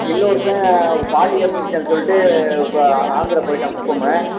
இன்னொருத்தேன் அவங்க பாட்டி இறந்துருச்சுன்னு சொல்லிட்டு இப்போ ஆ ஆந்திரா போயிவிட்டான் குப்பம்